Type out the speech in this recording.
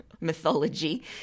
mythology